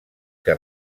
que